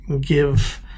give